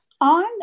on